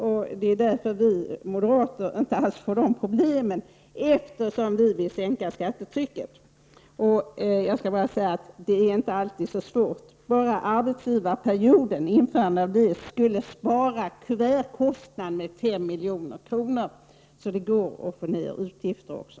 Sådana problem gäller inte för oss moderater. Vi vill ju sänka skattetrycket. Det är inte alltid så svårt att åstadkomma det. Enbart införandet av en arbetsgivarperiod skulle minska kuvertkostnaden med 5 milj.kr. Det går alltså att minska utgifterna också.